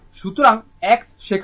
সুতরাং X সেখানে নেই